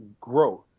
growth